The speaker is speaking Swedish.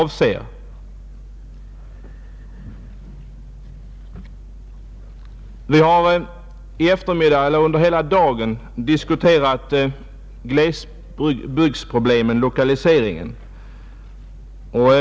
Vi har under hela dagen diskuterat glesbygdsproblem och lokalisering.